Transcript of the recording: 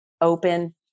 open